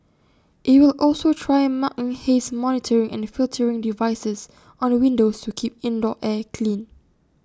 IT will also try mounting haze monitoring and filtering devices on the windows to keep indoor air clean